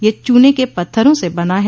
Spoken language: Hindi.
यह चूने के पत्थरों से बना है